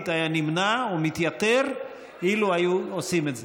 היה נמנע ומתייתר אילו היו עושים את זה.